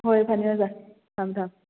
ꯍꯣꯏ ꯐꯅꯤ ꯑꯣꯖꯥ ꯊꯝꯃꯦ ꯊꯝꯃꯦ